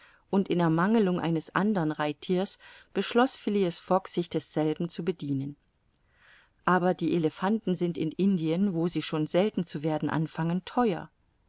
und in ermangelung eines andern reitthieres beschloß phileas fogg sich desselben zu bedienen aber die elephanten sind in indien wo sie schon selten zu werden anfangen theuer